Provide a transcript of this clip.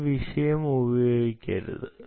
ഇനി വിഷയം ഉപയോഗിക്കരുത്